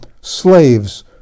slaves